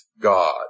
God